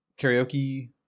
karaoke